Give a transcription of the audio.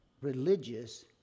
religious